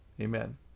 Amen